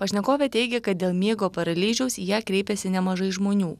pašnekovė teigia kad dėl miego paralyžiaus į ją kreipiasi nemažai žmonių